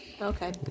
Okay